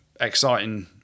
exciting